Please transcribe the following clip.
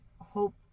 hope